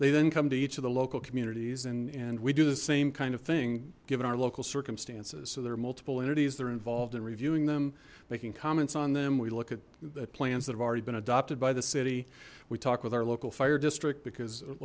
then come to each of the local communities and and we do the same kind of thing given our local circumstances so there are multiple entities they're involved in reviewing them making comments on them we look at that plans that have already been adopted by the city we talk with our local fire district because